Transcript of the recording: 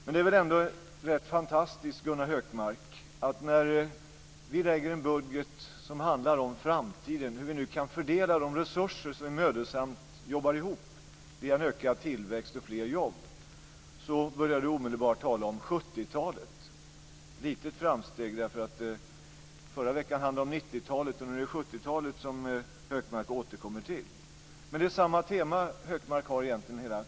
Men det är väl ändå rätt fantastiskt att när vi lägger fram en budget som handlar om framtiden, om hur vi kan fördela de resurser som vi mödosamt jobbar ihop via ökad tillväxt och fler jobb, börjar Gunnar Hökmark omedelbart tala om 70-talet. Förra veckan handlade det om 90-talet, och nu är det 70-talet som Hökmark återkommer till. Men det är egentligen hela tiden samma tema som Hökmark har.